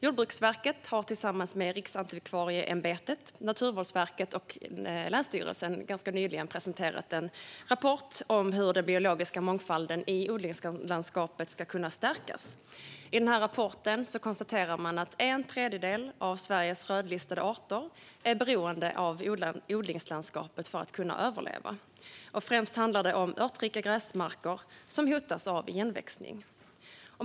Jordbruksverket har tillsammans med Riksantikvarieämbetet, Naturvårdsverket och länsstyrelserna ganska nyligen presenterat en rapport om hur den biologiska mångfalden i odlingslandskapet ska kunna stärkas. I rapporten konstaterar man att en tredjedel av Sveriges rödlistade arter är beroende av odlingslandskapet för överlevnad. Främst handlar det om örtrika gräsmarker som hotas av igenväxning.